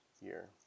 year